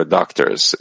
doctors